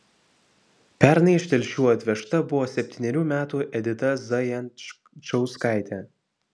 pernai iš telšių atvežta buvo septynerių metų edita zajančauskaitė